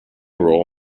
roll